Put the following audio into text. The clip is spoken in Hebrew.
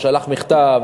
שלח מכתב,